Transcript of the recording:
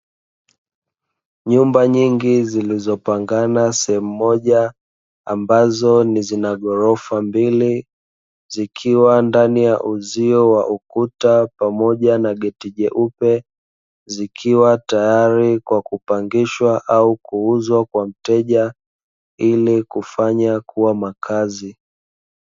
Nyumba nyingi zilizopangana sehemu moja ambazo ni zinaghorofa mbili zikiwa ndani ya uzio wa ukuta pamoja na geti jeupe zikiwa tayari kwa kupangishwa au kuuzwa kwa mteja ili kufanya kuwa makazi.